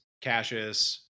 Cassius